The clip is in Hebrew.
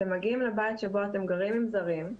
אתם מגיעים לבית שבו אתם גרים עם זרים.